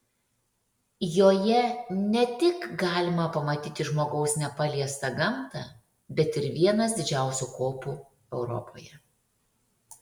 joje ne tik galima pamatyti žmogaus nepaliestą gamtą bet ir vienas didžiausių kopų europoje